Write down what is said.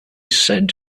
said